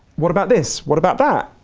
what about this, what about that,